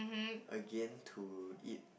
again to eat